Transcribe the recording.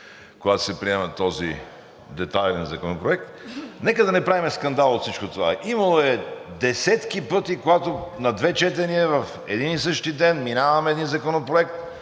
когато се приема този детайлен законопроект – нека да не правим скандал от всичко това. Имало е десетки пъти, когато на две четения в един и същи ден минаваме един законопроект,